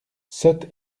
sotte